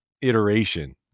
iteration